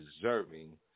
deserving